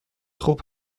خوب